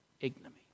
ignominy